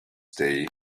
day